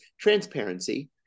transparency